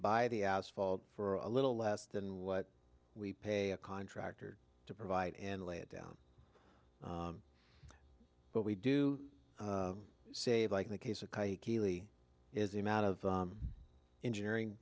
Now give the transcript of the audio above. by the asphalt for a little less than what we pay a contractor to provide and lay it down but we do say like the case it is the amount of engineering